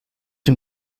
dem